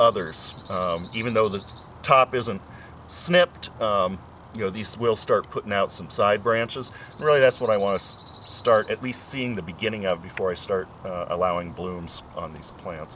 others even though the top isn't snipped you know these will start putting out some side branches really that's what i want to start at least seeing the beginning of before i start allowing blooms on these plants